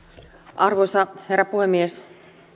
arvoisa herra puhemies